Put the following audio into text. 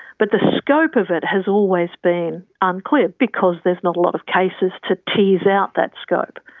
but the scope of it has always been unclear because there's not a lot of cases to tease out that scope.